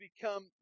become